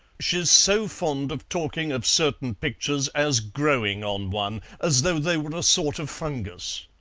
she's so fond of talking of certain pictures as growing on one as though they were a sort of fungus.